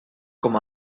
com